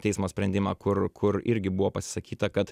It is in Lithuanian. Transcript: teismo sprendimą kur kur irgi buvo pasisakyta kad